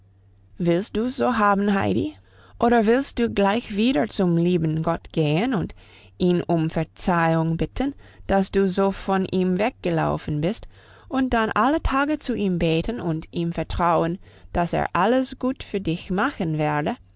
willst du's so haben heidi oder willst du gleich wieder zum lieben gott gehen und ihn um verzeihung bitten dass du so von ihm weggelaufen bist und dann alle tage zu ihm beten und ihm vertrauen dass er alles gut für dich machen werde